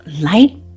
light